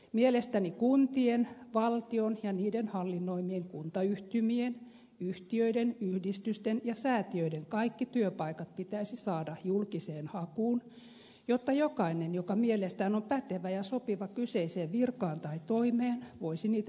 mielestäni kuntien valtion ja niiden hallinnoimien kuntayhtymien yhtiöiden yhdistysten ja säätiöiden kaikki työpaikat pitäisi saada julkiseen hakuun jotta jokainen joka mielestään on pätevä ja sopiva kyseiseen virkaan tai toimeen voisi niitä myös hakea